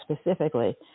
specifically